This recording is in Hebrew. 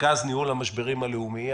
מרכז ניהול משברים לאומי,